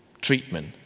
treatment